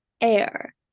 air